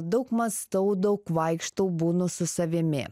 daug mąstau daug vaikštau būnu su savimi